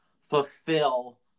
fulfill